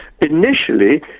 initially